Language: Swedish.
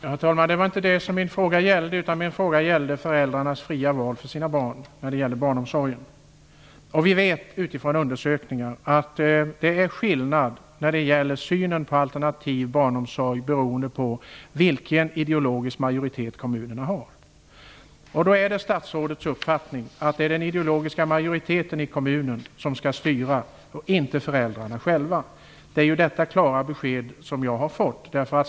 Herr talman! Det var inte det som min fråga gällde, utan den gällde föräldrarnas fria val när det gäller barnomsorgen. Vi vet utifrån undersökningar att det är skillnad på synen på alternativ barnomsorg beroende på vilken ideologisk majoritet kommunerna har. Då är det statsrådets uppfattning att det är den ideologiska majoriteten i kommunen som skall styra, inte föräldrarna själva. Det är detta klara besked som jag har fått.